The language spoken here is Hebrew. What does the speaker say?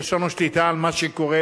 יש לנו שליטה על מה שקורה